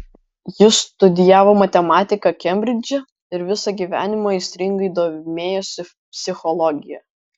jis studijavo matematiką kembridže ir visą gyvenimą aistringai domėjosi psichologija